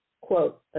Quote